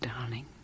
darling